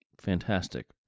fantastic